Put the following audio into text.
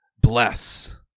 Bless